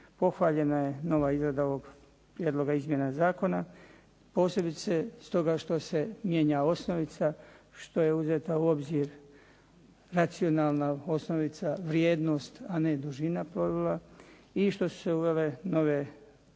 pohvaljena je nova izrada ovog prijedloga izmjena zakona, posebice stoga što se mijenja osnovica, što je uzeta u obzir racionalna osnovica, vrijednost, a ne dužina plovila i što su se uvele nove